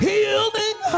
Healing